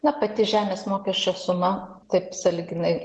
na pati žemės mokesčio suma taip sąlyginai